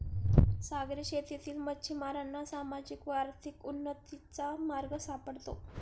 सागरी शेतीतील मच्छिमारांना सामाजिक व आर्थिक उन्नतीचा मार्ग सापडतो